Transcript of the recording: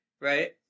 right